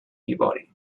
ivori